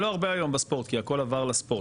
זה לא הרבה היום כי הכל עבר לספורט.